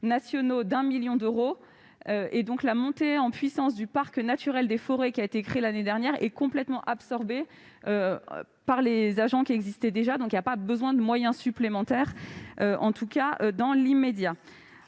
nationaux de 1 million d'euros. La montée en puissance du parc naturel de forêts qui a été créé l'année dernière est complètement absorbée par les agents qui existaient déjà. Il n'y a donc pas besoin de moyens supplémentaires, en tout cas dans l'immédiat.